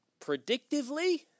predictively